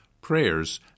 prayers